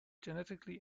genetically